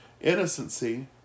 innocency